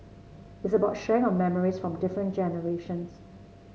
it's about sharing of memories from different generations